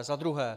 Za druhé.